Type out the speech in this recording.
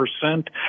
percent